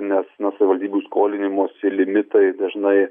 nes na savivaldybių skolinimosi limitai dažnai